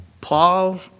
Paul